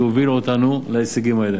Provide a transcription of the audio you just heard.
שהובילה אותנו להישגים האלה.